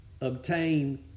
obtain